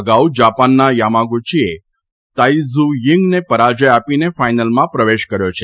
અગાઉ જાપાનના યામા ગુચીએ તાઇ ઝું થીંગને પરાજય આપીને ફાઇનલમાં પ્રવેશ કર્યો હતો